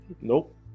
Nope